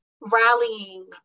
rallying